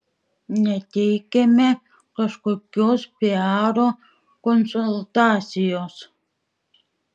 neteikiame kažkokios piaro konsultacijos